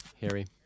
Harry